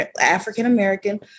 african-american